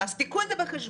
אז קחו את זה בחשבון.